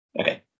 Okay